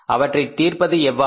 அவற்றைத் தீர்ப்பது எவ்வாறு